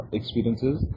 experiences